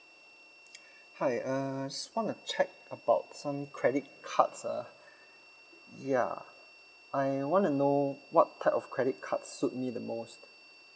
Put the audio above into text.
hi uh just wanna check about some credit cards uh ya I wanna know what type of credit card suit me the most